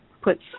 puts